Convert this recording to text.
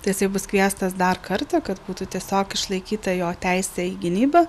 tai jisai bus kviestas dar kartą kad būtų tiesiog išlaikyta jo teisė į gynybą